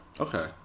Okay